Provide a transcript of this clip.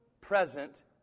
present